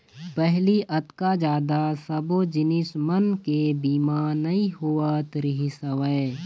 पहिली अतका जादा सब्बो जिनिस मन के बीमा नइ होवत रिहिस हवय